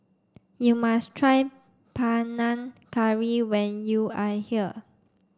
you must try Panang Curry when you are here